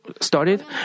started